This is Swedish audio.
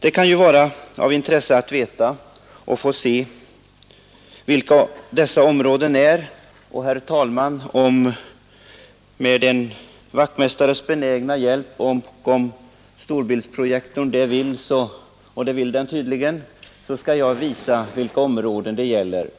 Det kan ju vara av intresse att få se vilka dessa områden är och, herr talman, med en väktmästares benägna hjälp och om storbildsprojektorn det vill — och det vill den tydligen — skall jag visa vilka områden det gäller. :